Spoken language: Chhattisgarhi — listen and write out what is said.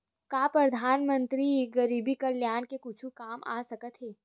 का परधानमंतरी गरीब कल्याण के कुछु काम आ सकत हे